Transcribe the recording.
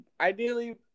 ideally